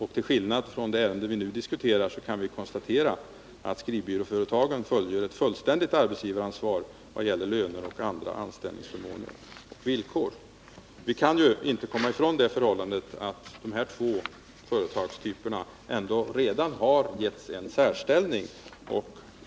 Vi kan konstatera att skrivbyråerna, till skillnad från de företag som vi nu diskuterar, åtagit sig ett fullständigt arbetsgivaransvar i vad gäller löner och andra anställningsförmåner och villkor. Vi kan inte komma ifrån det förhållandet att dessa två företagstyper redan har givits en särställning.